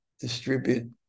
distribute